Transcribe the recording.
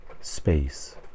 space